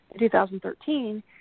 2013